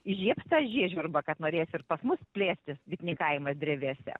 įžiebs tą žiežirbą kad norės ir pas mus plėstis bitininkavimas drevėse